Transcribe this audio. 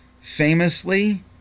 famously